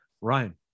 Ryan